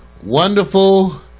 wonderful